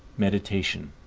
meditation.